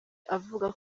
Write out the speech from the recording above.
avuga